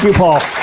paul